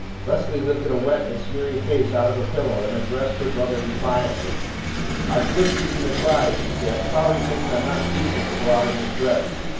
leslie lifted a wet and smeary face out of her pillow and addressed her brother defiantly i've good reason to cry! she said. cloudy thinks i'm not decent to go out in this dress,